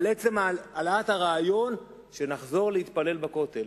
על עצם העלאת הרעיון שנחזור להתפלל בכותל.